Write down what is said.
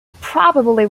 probably